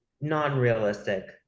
non-realistic